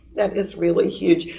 that is really huge.